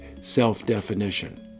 self-definition